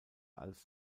als